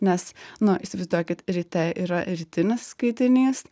nes nu įsivaizduokit ryte yra rytinis skaitinys